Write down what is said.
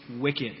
wicked